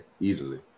easily